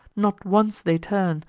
not once they turn,